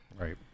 Right